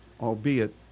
albeit